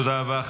תודה רבה.